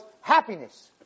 happiness